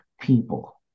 people